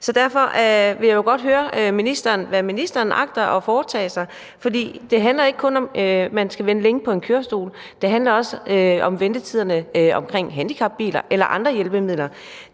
Så derfor vil jeg jo godt høre, hvad ministeren agter at foretage sig, for det handler ikke kun om, at man skal vente længe på en kørestol – det handler også om ventetider på handicapbiler eller andre hjælpemidler.